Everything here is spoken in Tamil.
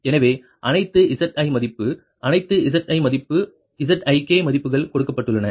எனவே அனைத்து Zi மதிப்பு அனைத்து Zi மதிப்பு Zik மதிப்புகள் கொடுக்கப்பட்டுள்ளன